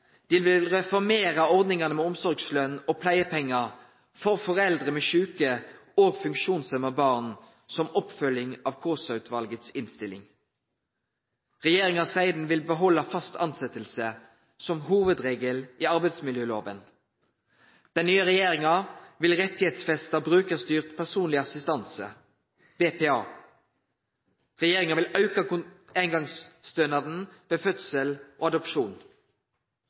Dei vil reformere ordningane med omsorgsløn og pleiepengar for foreldre med sjuke og funksjonshemma barn, som oppfølging av Kaasa-utvalets innstilling. Regjeringa seier dei vil behalde fast tilsetjing som hovudregelen i arbeidsmiljølova. Den nye regjeringa vil gjere brukarstyrt personleg assistanse – BPA – til ein rett. Regjeringa vil auke eingongsstønaden ved fødsel og adopsjon.